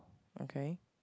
okay